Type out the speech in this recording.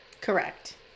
correct